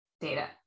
data